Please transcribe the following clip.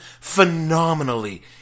phenomenally